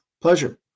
Pleasure